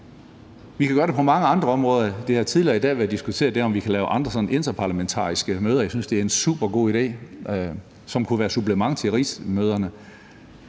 Vi kan gøre det på mange andre områder. Det har tidligere i dag været diskuteret, om vi kan lave andre sådan interparlamentariske møder. Jeg synes, det er en super god idé, som kunne være et supplement til rigsmøderne.